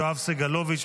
יואב סגלוביץ',